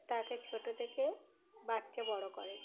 তাকে ছোট থেকে বাচ্চা বড় করে